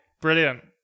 Brilliant